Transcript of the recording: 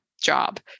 job